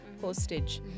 hostage